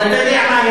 אבל אתה יודע מה,